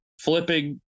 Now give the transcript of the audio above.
flipping